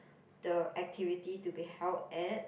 the activity to be held at